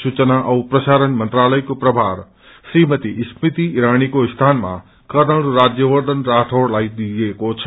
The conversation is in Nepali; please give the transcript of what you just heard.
सूचना औ प्रसरारण मंत्रालयको प्रभार श्रीमती स्मृति ईरीको स्थानमा कर्नल राजयवर्खन राठौड़लाई दिइएको छ